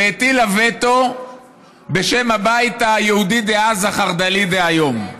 והטילה וטו בשם הבית היהודי דאז, החרד"לי דהיום,